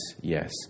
yes